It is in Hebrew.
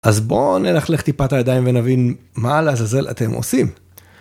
אז בוא נלכלך טיפה את הידיים ונבין מה לעזאזל אתם עושים.